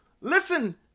listen